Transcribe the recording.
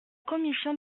commission